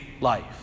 life